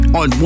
on